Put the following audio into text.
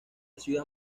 ciudad